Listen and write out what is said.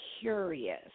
curious